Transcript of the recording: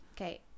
okay